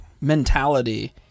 mentality